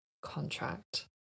contract